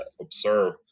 observe